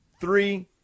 three